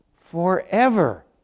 forever